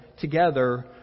together